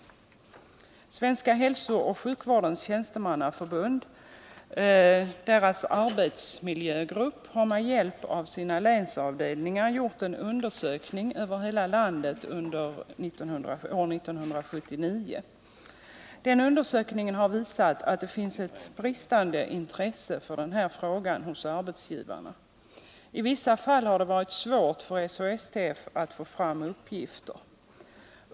En arbetsmiljögrupp inom Svenska hälsooch sjukvårdens tjänstemannaförbund, SHSTF, har med hjälp av förbundets länsavdelningar gjort en undersökning över hela landet under år 1979. Undersökningen har visat att det finns ett bristande intresse hos arbetsgivarna — i vissa fall har det varit svårt för SHSTF att få fram uppgifter.